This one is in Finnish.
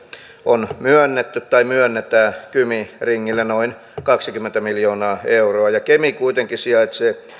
on myönnetty tai myönnetään kymi ringille noin kaksikymmentä miljoonaa euroa ja kemi kuitenkin sijaitsee